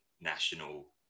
National